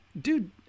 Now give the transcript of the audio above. dude